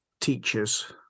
teachers